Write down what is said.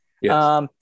Yes